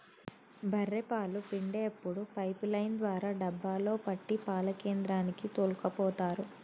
బఱ్ఱె పాలు పిండేప్పుడు పైపు లైన్ ద్వారా డబ్బాలో పట్టి పాల కేంద్రానికి తోల్కపోతరు